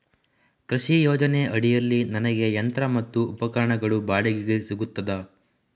ಕೃಷಿ ಯೋಜನೆ ಅಡಿಯಲ್ಲಿ ನನಗೆ ಯಂತ್ರ ಮತ್ತು ಉಪಕರಣಗಳು ಬಾಡಿಗೆಗೆ ಸಿಗುತ್ತದಾ?